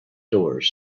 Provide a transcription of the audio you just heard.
doors